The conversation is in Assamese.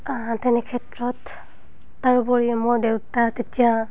তেনে ক্ষেত্ৰত তাৰোপৰি মোৰ দেউতা তেতিয়া